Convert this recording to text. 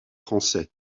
français